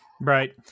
Right